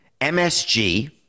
MSG